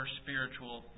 spiritual